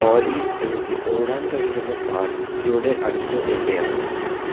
ഒല്ലി എനിക്ക് ഓടാൻ കഴിയുന്ന പാർക്ക് ഇവിടെ അടുത്ത് എവിടെയാണ്